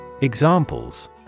Examples